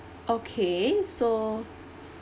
okay so